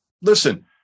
listen